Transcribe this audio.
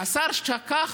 השר שכח